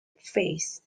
phase